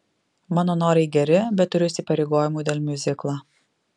mano norai geri bet turiu įsipareigojimų dėl miuziklo